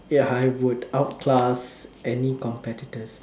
ya I would outplus any competitors